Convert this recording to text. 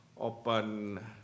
open